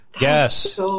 Yes